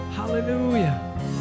Hallelujah